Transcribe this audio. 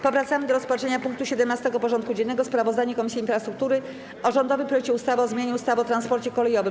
Powracamy do rozpatrzenia punktu 17. porządku dziennego: Sprawozdanie Komisji Infrastruktury o rządowym projekcie ustawy o zmianie ustawy o transporcie kolejowym.